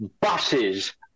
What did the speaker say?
buses